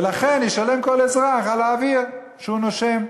ולכן ישלם כל אזרח על האוויר שהוא נושם.